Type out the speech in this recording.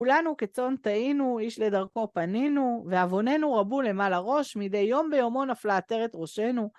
כולנו כצאן תעינו, איש לדרכו פנינו, ועווננו רבו למעלה ראש, מדי יום ביומו נפלה עטרת ראשינו.